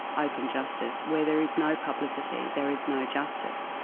open justice where there is no publicity, there is no justice.